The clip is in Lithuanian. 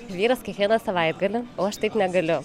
vyras kiekvieną savaitgalį o aš taip negaliu